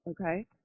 okay